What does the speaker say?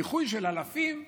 דיחוי של אלפים,